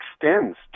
extends